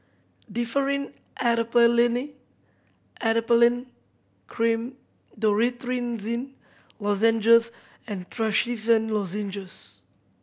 Differin Adapalene Cream Lozenges and Trachisan Lozenges